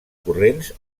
corrents